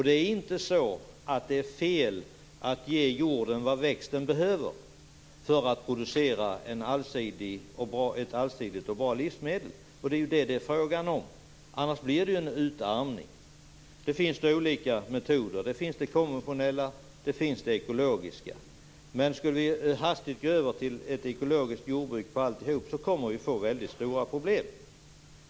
Det är inte fel att ge jorden vad växten behöver för att producera allsidiga och bra livsmedel. Det är vad det är fråga om. Annars blir det en utarmning. Det finns olika metoder - konventionella och ekologiska. Men skulle vi hastigt gå över till ett ekologiskt jordbruk i alla avseenden skulle det bli väldigt stora problem.